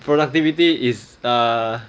productivity is err